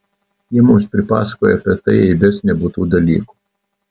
jie mums pripasakoja apie tai aibes nebūtų dalykų